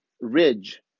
ridge